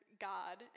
God